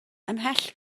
ymhell